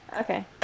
Okay